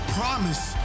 promise